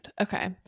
Okay